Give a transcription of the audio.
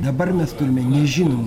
dabar mes turime nežinom